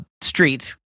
street